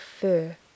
fur